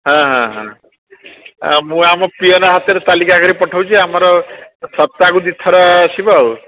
ହଁ ହଁ ହଁ ମୁଁ ଆମ ପିଅନ ହାତରେ ତାଲିକା କରି ପଠଉଛି ଆମର ସପ୍ତାହକୁ ଦୁଇଥର ଆସିବ ଆଉ